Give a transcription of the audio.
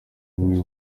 imwe